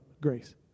grace